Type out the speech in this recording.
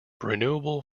renewable